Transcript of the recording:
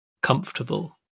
comfortable